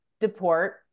deport